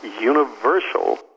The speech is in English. universal